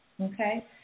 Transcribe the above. Okay